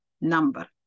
number